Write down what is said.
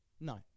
No